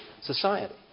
society